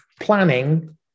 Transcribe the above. planning